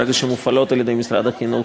ברגע שהן מופעלות על-ידי משרד החינוך,